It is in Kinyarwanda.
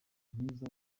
mwiza